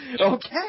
Okay